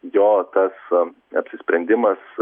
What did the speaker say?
jo tas apsisprendimas